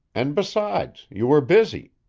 and, besides, you were busy.